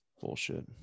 Bullshit